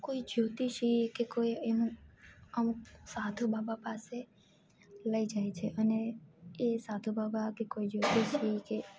કોઈ જ્યોતિષી કે કોઈ એનું અમુક સાધુ બાબા પાસે લઈ જાય છે અને એ સાધુ બાબા કે કોઈ જ્યોતિષી કે